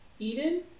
Eden